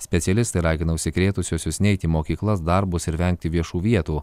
specialistai ragina užsikrėtusiuosius neiti į mokyklas darbus ir vengti viešų vietų